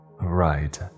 Right